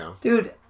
Dude